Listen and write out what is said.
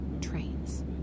Trains